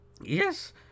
Yes